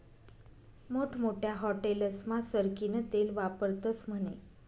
मोठमोठ्या हाटेलस्मा सरकीनं तेल वापरतस म्हने